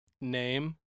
name